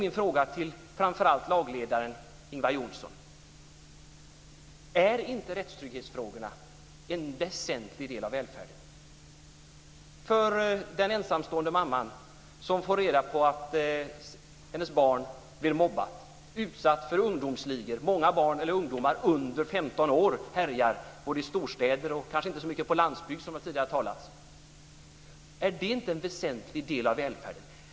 Min fråga framför allt till lagledaren Ingvar Johnsson är då: Är inte rättstrygghetsfrågorna en väsentlig del av välfärden för den ensamstående mamma som får reda på att hennes barn blir mobbat eller utsatt för ungdomsligor? Många ligor med barn eller ungdomar under 15 år härjar, främst i storstäder men kanske inte så mycket på landsbygden, som det tidigare har talats om. Är inte detta en väsentlig välfärdsfråga?